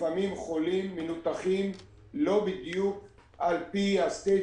לפעמים חולים מנותחים לא בדיוק לפי ה-MRI